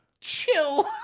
chill